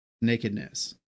nakedness